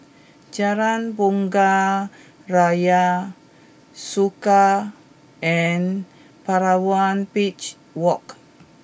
Jalan Bunga Raya Soka and Palawan Beach Walk